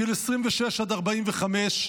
גיל 26 45,